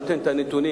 נותן את הנתונים.